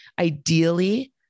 ideally